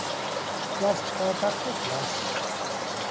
class ᱪᱷᱚᱴᱟ ᱠᱷᱚᱡ class